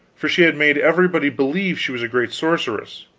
for she had made everybody believe she was a great sorceress.